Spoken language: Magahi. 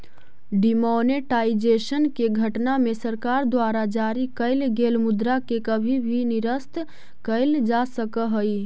डिमॉनेटाइजेशन के घटना में सरकार द्वारा जारी कैल गेल मुद्रा के कभी भी निरस्त कैल जा सकऽ हई